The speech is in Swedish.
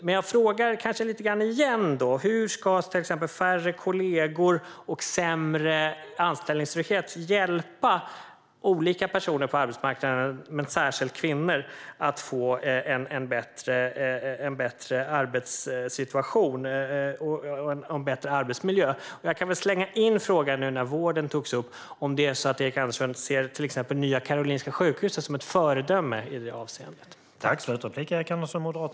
Men jag frågar igen hur färre kollegor och sämre anställningstrygghet ska hjälpa olika personer på arbetsmarknaden, men särskilt kvinnor, att få en bättre arbetssituation och en bättre arbetsmiljö. Nu när vården togs upp kan jag väl också slänga in frågan om Erik Andersson ser till exempel Nya Karolinska sjukhuset som ett föredöme i det avseendet.